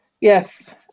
yes